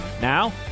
Now